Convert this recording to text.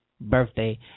birthday